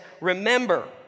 remember